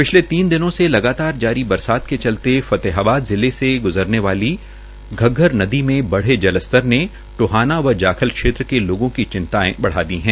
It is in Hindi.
पिछले तीन दिनों से लगातार जारी बरसात के चलते फतेहाबाद जिले से ग्जरने वाली घग्गर नदी में बढ़े जल स्तर ने टोहाना व जाखल क्षेत्र के लोगों की चिंताए बढ़ा दी है